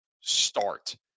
start